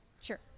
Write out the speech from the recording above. Sure